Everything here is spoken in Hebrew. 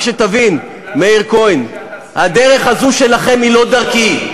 רק שתבין, מאיר כהן, הדרך הזו שלכם היא לא דרכי.